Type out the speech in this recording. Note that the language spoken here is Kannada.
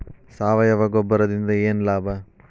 ಸಾವಯವ ಗೊಬ್ಬರದಿಂದ ಏನ್ ಲಾಭ?